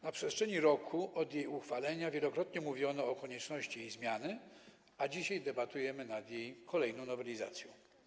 Na przestrzeni roku od jej uchwalenia wielokrotnie mówiono o konieczności jej zmiany, a dzisiaj debatujemy nad jej kolejną nowelizacją.